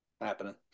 happening